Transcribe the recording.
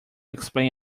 explain